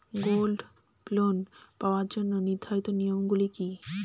Gold loan পাওয়ার জন্য নির্ধারিত নিয়ম গুলি কি?